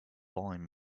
fallen